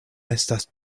estas